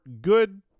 good